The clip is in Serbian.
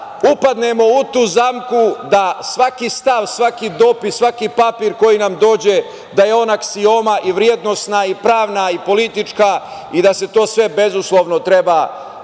upadnemo u tu zamku da svaki stav, svaki dopis, svaki papir koji nam dođe da je on aksioma i vrednosna i pravna i politička i da se to sve bezuslovno treba